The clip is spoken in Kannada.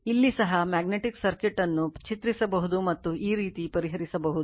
ಇಲ್ಲಿ ಸಹ ಮ್ಯಾಗ್ನೆಟಿಕ್ ಸರ್ಕ್ಯೂಟ್ ಅನ್ನು ಚಿತ್ರಿಸಬಹುದು ಮತ್ತು ಈ ರೀತಿ ಪರಿಹರಿಸಬಹುದು